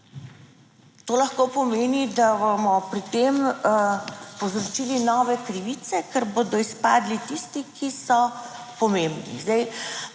To lahko pomeni, da bomo pri tem povzročili nove krivice, ker bodo izpadli tisti, ki so pomembni.